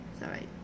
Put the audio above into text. Sorry